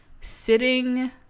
sitting